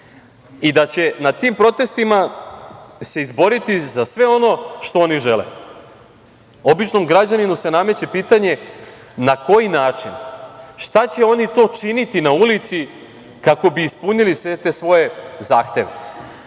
i da će na tim protestima se izboriti za sve ono što oni žele. Običnom građaninu se nameće pitanje na koji način? Šta će to oni činiti na ulici kako bi ispunili sve te svoje zahteve? Ja